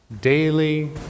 daily